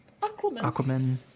Aquaman